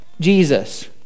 Jesus